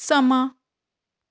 ਸਮਾਂ